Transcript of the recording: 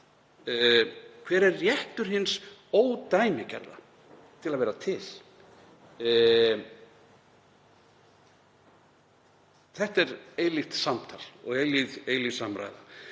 hver er réttur hins ódæmigerða til að vera til. Þetta er eilíft samtal og eilíf samræða